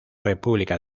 república